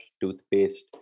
toothpaste